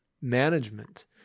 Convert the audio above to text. management